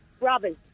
Robin